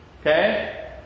Okay